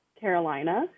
Carolina